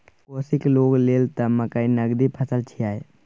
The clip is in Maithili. कोशीक लोग लेल त मकई नगदी फसल छियै